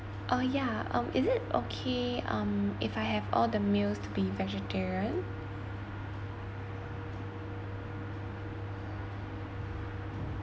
oh yeah um is it okay um if I have all the meals to be vegetarian